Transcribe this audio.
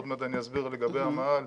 עוד מעט אני אסביר לגבי המאהל,